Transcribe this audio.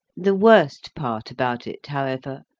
the worst part about it, however,